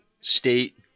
state